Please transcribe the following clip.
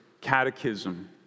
Catechism